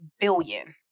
billion